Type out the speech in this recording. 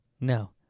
No